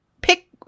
pick